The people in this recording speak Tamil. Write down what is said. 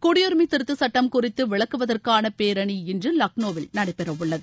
குடியுரிமைதிருத்தசுட்டம் குறித்துவிளக்குவதற்கானபேரணி இன்றுலக்னோவில் நடைபெறஉள்ளது